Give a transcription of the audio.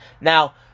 Now